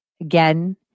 Again